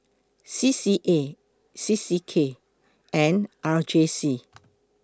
C C A C C K and R J C